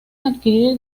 adquirir